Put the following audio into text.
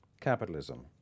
capitalism